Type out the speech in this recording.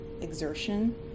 exertion